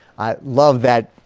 i love that